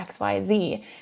XYZ